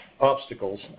obstacles